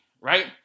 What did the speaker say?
right